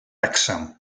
wrecsam